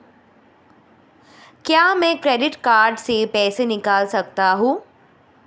क्या मैं credit card से पैसे निकाल सकता हूँ?